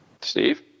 Steve